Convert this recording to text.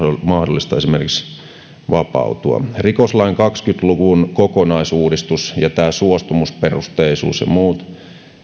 mahdollista vapautua rikoslain kahdenkymmenen luvun kokonaisuudistus ja tämä suostumusperusteisuus ja muut